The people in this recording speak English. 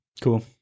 Cool